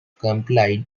complied